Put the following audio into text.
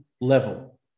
level